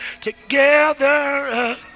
together